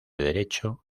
derecho